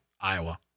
Iowa